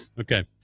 Okay